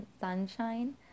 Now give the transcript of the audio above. sunshine